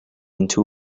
into